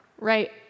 right